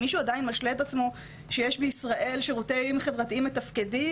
אם מישהו עדיין משלה את עצמו שיש בישראל שירותים חברתיים מתפקדים,